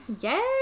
Yay